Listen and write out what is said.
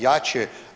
Jače?